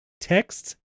texts